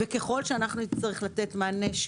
וככל שאנחנו נצטרך לתת מענה,